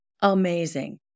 Amazing